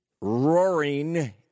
Roaring